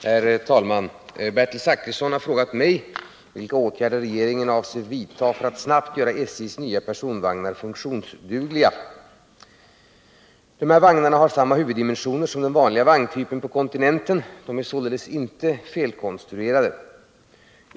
Herr talman! Bertil Zachrisson har frågat mig vilka åtgärder regeringen avser att vidta för att snabbt göra SJ:s nya personvagnar funktionsdugliga. Vagnarna har samma huvuddimensioner som den vanliga vagntypen på kontinenten. De är således inte felkonstruerade.